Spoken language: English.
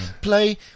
Play